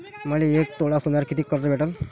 मले एक तोळा सोन्यावर कितीक कर्ज भेटन?